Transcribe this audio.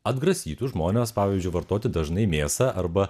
atgrasytų žmones pavyzdžiui vartoti dažnai mėsą arba